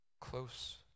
Close